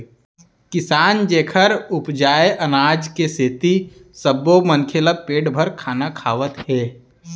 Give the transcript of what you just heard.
किसान जेखर उपजाए अनाज के सेती सब्बो मनखे ल पेट भर खाना खावत हे